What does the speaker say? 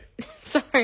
Sorry